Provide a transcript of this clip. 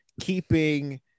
keeping